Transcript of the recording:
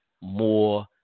more